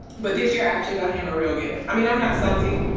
but this year actually got him a real gift. i mean, i'm not salty.